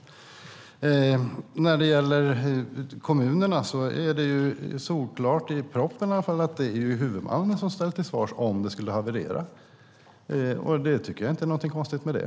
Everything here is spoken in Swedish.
När det gäller kommunerna är det i propositionen solklart att det är huvudmannen som ställs till svars om det skulle haverera. Det är inget konstigt med det.